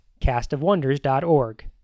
castofwonders.org